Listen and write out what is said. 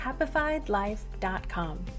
HappifiedLife.com